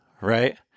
right